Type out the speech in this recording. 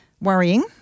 worrying